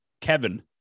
Kevin